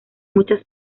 muchas